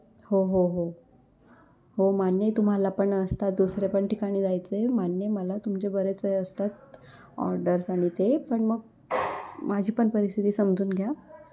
हो हो हो हो मान्य आहे तुम्हाला पण असतात दुसरे पण ठिकाणी जायचं आहे मान्य आहे मला तुमचे बरेच हे असतात ऑर्डर्स आणि ते पण मग माझी पण परिस्थिती समजून घ्या